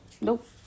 Nope